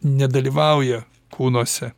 nedalyvauja kūnuose